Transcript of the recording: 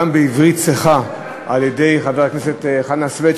בעברית צחה על-ידי חבר הכנסת חנא סוייד,